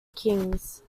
kings